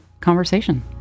conversation